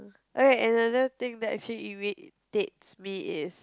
alright another thing that actually irritates me is